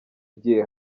igiye